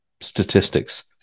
statistics